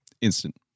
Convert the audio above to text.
instant